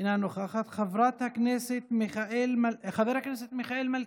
אינה נוכחת, חבר הכנסת מיכאל מלכיאלי,